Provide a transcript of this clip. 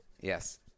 Yes